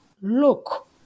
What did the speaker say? look